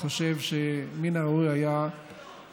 אין פורום אחר שבו הוא יכול לומר את הדברים.